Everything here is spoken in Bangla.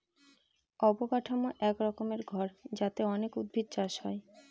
অবকাঠামো এক রকমের ঘর যাতে অনেক উদ্ভিদ চাষ হয়